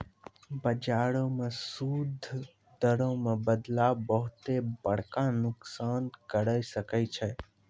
बजारो मे सूद दरो मे बदलाव बहुते बड़का नुकसान करै सकै छै